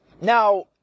Now